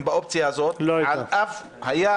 באופציה הזאת על אף --- לא הייתה.